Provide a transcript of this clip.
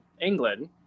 England